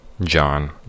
John